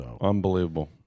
Unbelievable